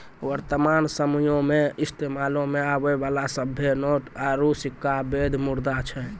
वर्तमान समयो मे इस्तेमालो मे आबै बाला सभ्भे नोट आरू सिक्का बैध मुद्रा छै